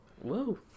Whoa